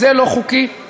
חיילי צה"ל,